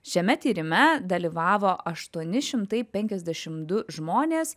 šiame tyrime dalyvavo aštuoni šimtai penkiasdešimt du žmonės